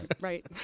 Right